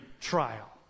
trial